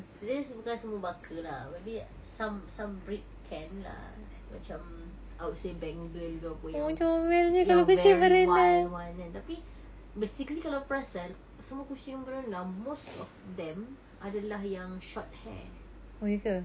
at least bukan semua baka lah maybe some some breed can lah macam I would say bengal ke apa yang yang very wild one kan tapi basically kalau perasan semua kucing berenang most of them adalah yang short hair